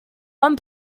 one